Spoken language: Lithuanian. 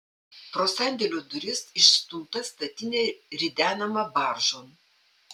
pro sandėlio duris išstumta statinė ridenama baržon